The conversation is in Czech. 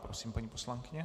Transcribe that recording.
Prosím, paní poslankyně.